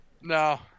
No